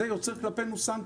זה יוצר כלפינו סנקציות.